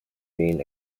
been